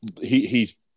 he—he's